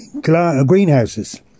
greenhouses